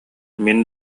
мин